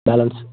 balance